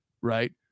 right